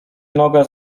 noga